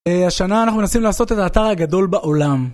השנה אנחנו מנסים לעשות את האתר הגדול בעולם.